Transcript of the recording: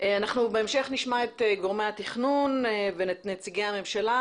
בהמשך נשמע את גורמי התכנון ואת נציגי הממשלה,